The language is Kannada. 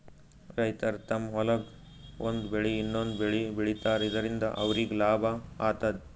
ರೈತರ್ ತಮ್ಮ್ ಹೊಲ್ದಾಗ್ ಒಂದ್ ಬೆಳಿ ಇನ್ನೊಂದ್ ಬೆಳಿ ಬೆಳಿತಾರ್ ಇದರಿಂದ ಅವ್ರಿಗ್ ಲಾಭ ಆತದ್